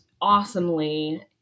awesomely –